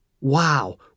Wow